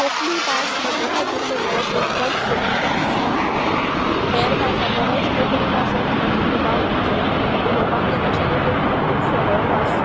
कोंकणी भास म्हजे खातीर म्हणल्यार एकदम सोंपी भास हेर भास परस कोंकणी भासत म्हाजी खूब आवडीची उलोवपाक गेल्यार सुद्दां कोंकणी खूब सरळ भास